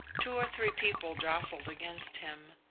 two or three people jostled against him.